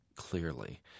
clearly